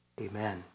amen